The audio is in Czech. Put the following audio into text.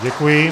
Děkuji.